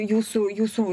jūsų jūsų